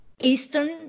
Eastern